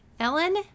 Ellen